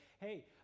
hey